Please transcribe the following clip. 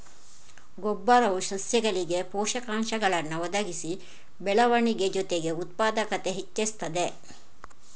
ಗೊಬ್ಬರವು ಸಸ್ಯಗಳಿಗೆ ಪೋಷಕಾಂಶಗಳನ್ನ ಒದಗಿಸಿ ಬೆಳವಣಿಗೆ ಜೊತೆಗೆ ಉತ್ಪಾದಕತೆ ಹೆಚ್ಚಿಸ್ತದೆ